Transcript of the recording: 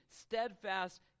steadfast